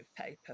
paper